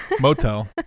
Motel